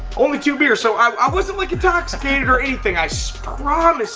only two beers. so i wasn't like intoxicated or anything, i so promise